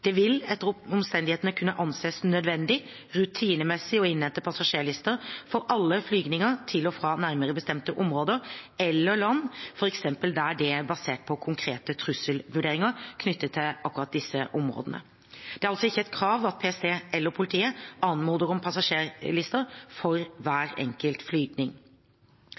Det vil etter omstendighetene kunne anses nødvendig rutinemessig å innhente passasjerlister for alle flygninger til og fra nærmere bestemte områder eller land, f.eks. der det er basert på konkrete trusselvurderinger knyttet til akkurat disse områdene. Det er altså ikke et krav at PST eller politiet anmoder om passasjerlister for hver enkelt